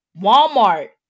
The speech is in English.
Walmart